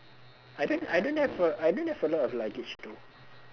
I don't I don't have a I don't have a lot of luggage though